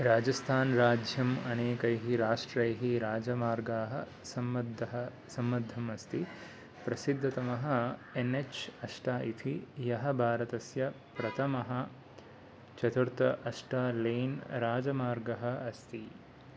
राजस्थान् राज्यम् अनेकैः राष्ट्रैः राजमार्गाः सम्बद्धः सम्बद्धम् अस्ति प्रसिद्धतमः एन् एच् अष्ट इति यः भारतस्य प्रथमः चतुर्थ अष्ट लेन् राजमार्गः अस्ति